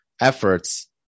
efforts